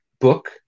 book